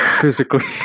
physically